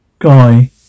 guy